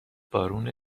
بارون